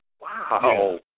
Wow